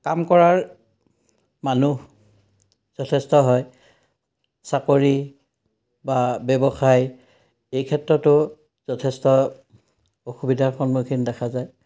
কাম কৰাৰ মানুহ যথেষ্ট হয় চাকৰি বা ব্যৱসায় এই ক্ষেত্ৰতো যথেষ্ট অসুবিধাৰ সন্মুখীন দেখা যায়